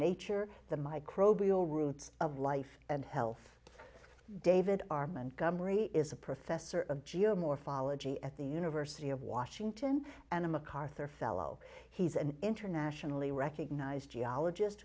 nature the microbial roots of life and health david armand gummer a is a professor of geo morphology at the university of washington and a macarthur fellow he's an internationally recognized geologist